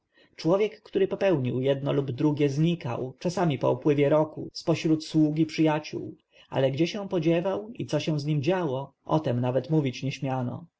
człowiek który popełnił jedno lub drugie znikał czasami po upływie roku z pośród sług i przyjaciół ale gdzie się podziewał i co się z nim działo o tem nawet mówić nie